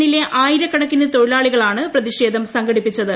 എന്നിലെ ആയിരക്കണക്കിന് തൊഴിലാളികളാണ് പ്രതിഷേധം സംഘടിപ്പിച്ചത്